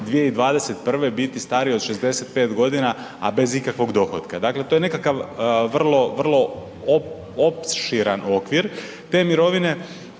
2021. biti stariji od 65 godina, a bez ikakvog dohotka. Dakle to je nekakav vrlo opširan okvir te mirovine.